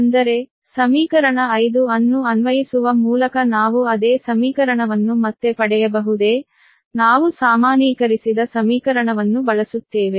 ಅಂದರೆ ಸಮೀಕರಣ 5 ಅನ್ನು ಅನ್ವಯಿಸುವ ಮೂಲಕ ನಾವು ಅದೇ ಸಮೀಕರಣವನ್ನು ಮತ್ತೆ ಪಡೆಯಬಹುದೇ ನಾವು ಸಾಮಾನ್ಯೀಕರಿಸಿದ ಸಮೀಕರಣವನ್ನು ಬಳಸುತ್ತೇವೆ